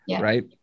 Right